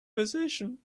position